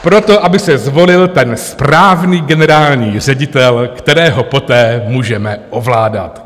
Proto, aby se zvolil ten správný generální ředitel, kterého poté můžeme ovládat.